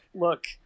look